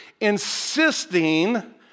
insisting